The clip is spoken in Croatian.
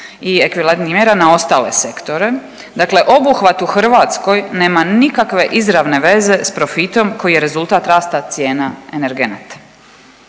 i ekvivalentnih mjera na ostale sektore. Dakle, obuhvat u Hrvatskoj nema nikakve izravne veze sa profitom koji je rezultat rasta cijena energenata.